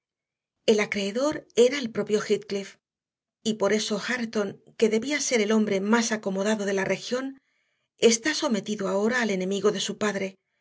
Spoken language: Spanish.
el acreedor era el propio heathcliff y por eso hareton que debía ser el hombre más acomodado de la región está sometido ahora al enemigo de su padre